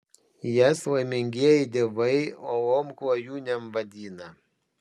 jas laimingieji dievai uolom klajūnėm vadina